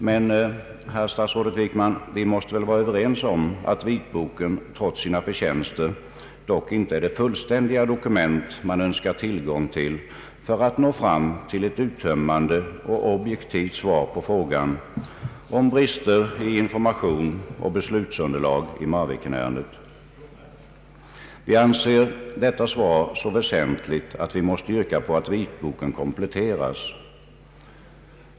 Men, herr statsrådet Wickman, vi måste väl vara överens om att vitboken trots sina förtjänster dock inte är det fullständiga dokument man önskar tillgång till för att nå fram till ett uttömmande och objektivt svar på frågan om brister i information och beslutsunderlag i Marvikenärendet. Vi anser detta svar så väsentligt att vi måste yrka på att vitboken kompletteras.